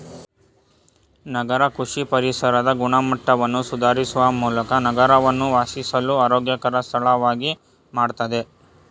ನಗರ ಕೃಷಿ ಪರಿಸರದ ಗುಣಮಟ್ಟವನ್ನು ಸುಧಾರಿಸುವ ಮೂಲಕ ನಗರವನ್ನು ವಾಸಿಸಲು ಆರೋಗ್ಯಕರ ಸ್ಥಳವಾಗಿ ಮಾಡ್ತದೆ